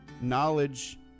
knowledge